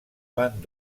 van